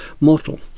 mortal